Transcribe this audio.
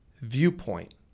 viewpoint